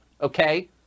Okay